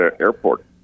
airport